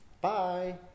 Bye